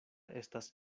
estas